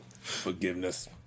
Forgiveness